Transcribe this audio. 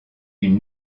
une